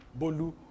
Bolu